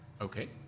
Okay